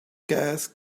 gas